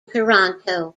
toronto